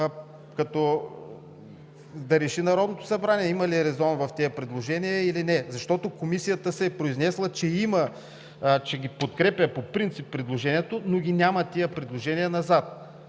за да реши Народното събрание има ли резон в тези предложения или не. Комисията се е произнесла, че има резон, че подкрепя по принцип предложението, но ги няма тези предложения назад,